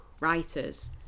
writers